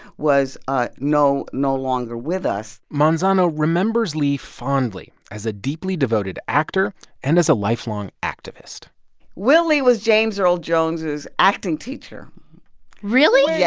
was ah no no longer with us manzano remembers lee fondly as a deeply devoted actor and as a lifelong activist will lee was james earl jones' acting teacher really? yeah